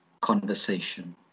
conversation